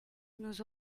nous